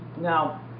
Now